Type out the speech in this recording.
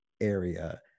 area